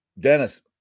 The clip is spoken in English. dennis